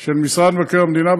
של משרד מבקר המדינה,